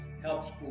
helps